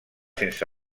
sense